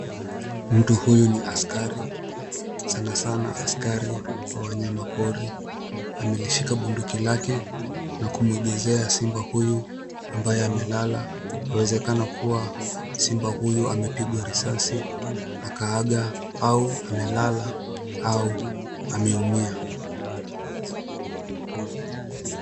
Mtu huyu ni askari, sanasana askari wa wanyama pori, amelishika bunduki lake na kumwegezea simba huyu ambaye amelala. Yawezekana kuwa simba huyu amepigwa risasi akaaga au amelala au ameumia.